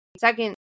Second